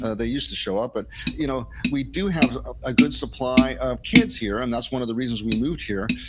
ah they used to show up, but you know we do have a good supply of kids here, and that's one of the reasons we moved here.